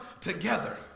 together